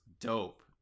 dope